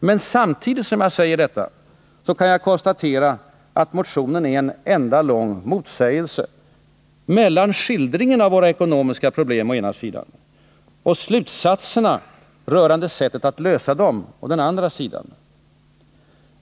Men samtidigt kan jag konstatera att motionen är en enda lång motsägelse mellan skildringen av våra ekonomiska problem å ena sidan och slutsatserna rörande sättet att lösa dem å den andra.